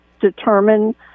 determine